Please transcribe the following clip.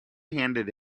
handed